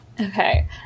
Okay